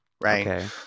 Right